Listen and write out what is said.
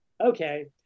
Okay